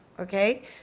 Okay